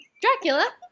Dracula